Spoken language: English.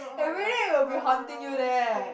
everybody will be haunting you there